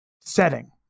setting